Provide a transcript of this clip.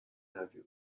مردی